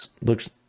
looks